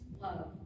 love